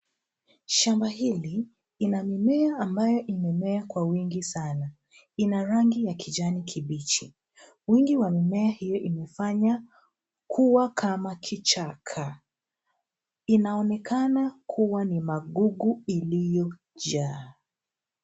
Shamba hili, ina mimea ambayo imemea kwa wingi sana. Ina rangi ya kijani kibichi. Wingi wa mimea hiyo imefanya kuwa kama kichaka. Inaonekana kuwa ni magugu iliyojaa.